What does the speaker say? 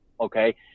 okay